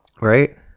right